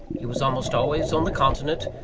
he was almost always on the continent,